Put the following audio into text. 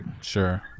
sure